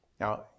Now